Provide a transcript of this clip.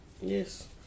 Yes